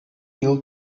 yıl